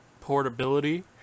portability